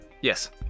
Yes